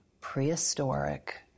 prehistoric